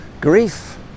grief